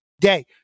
day